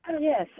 yes